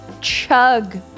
chug